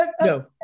No